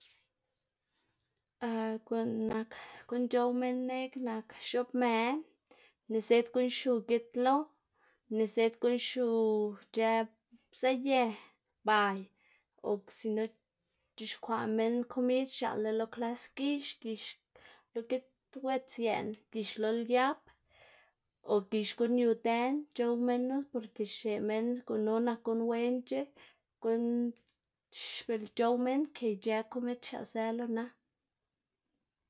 guꞌn nak guꞌn c̲h̲ow minn neꞌg nak x̱oꞌbmë, nizëd guꞌn xiu git lo, nizëd guꞌn xiu ic̲h̲ë pzaꞌyë, bay o sino c̲h̲ikwaꞌ minn komid x̱aꞌla lo klas gix, gix lo gits wets yeꞌn, gix lo liap, o gix guꞌn yu dën c̲h̲ow minu porke xneꞌ minn gunu nak guꞌn wenc̲h̲a guꞌn c̲h̲ow minn kë ic̲h̲ë guꞌn komid xiaꞌzë lo na.